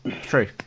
true